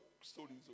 stories